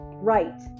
right